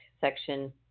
section